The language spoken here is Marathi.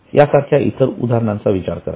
यासारख्या इतर उदाहरणांचा विचार करा